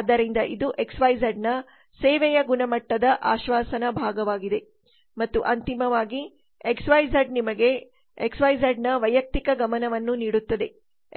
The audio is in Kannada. ಆದ್ದರಿಂದ ಇದು ಎಕ್ಸ್ ವೈ ಝಡ್ನಿಂದ ಸೇವೆಯ ಗುಣಮಟ್ಟದ ಆಶ್ವಾಸನೆ ಭಾಗವಾಗಿದೆ ಮತ್ತು ಅಂತಿಮವಾಗಿಎಕ್ಸ್ ವೈ ಝಡ್ನಿಮಗೆ ಎಕ್ಸ್ ವೈ ಝಡ್ನ ವೈಯಕ್ತಿಕ ಗಮನವನ್ನು ನೀಡುತ್ತದೆ